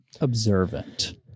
observant